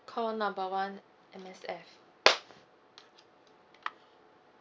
call number one M_S_F